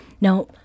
Now